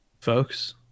folks